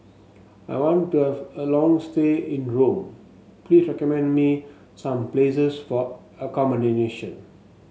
I want to have a long stay in Rome please recommend me some places for accommodation